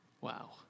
wow